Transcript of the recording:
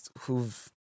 who've